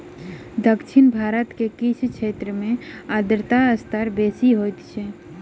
दक्षिण भारत के किछ क्षेत्र में आर्द्रता स्तर बेसी होइत अछि